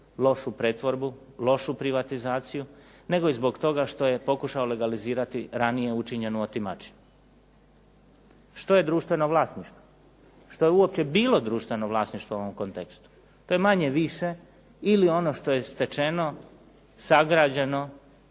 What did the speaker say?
lošu pretvorbu, lošu privatizaciju, nego i zbog toga što je pokušao legalizirati ranije učinjenu otimačinu. Što je društveno vlasništvo? Što je uopće bilo društveno vlasništvo u ovom kontekstu? To je manje-više ili ono što je stečeno, sagrađeno